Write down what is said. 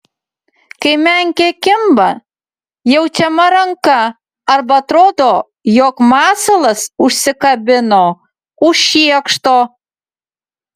kai menkė kimba jaučiama ranka arba atrodo jog masalas užsikabino už šiekšto